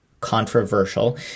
controversial